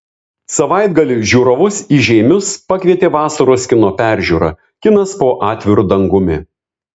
savaitgalį žiūrovus į žeimius pakvietė vasaros kino peržiūra kinas po atviru dangumi